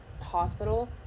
hospital